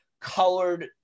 colored